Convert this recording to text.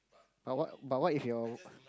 but what but what if your